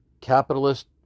capitalist